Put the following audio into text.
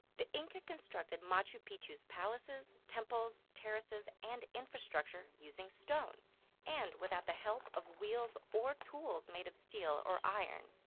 the inca constructed machu picchu's palaces, temples, terraces, and infrastructure using stone and without the help of wheels or tools made of steel or iron.